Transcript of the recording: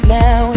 now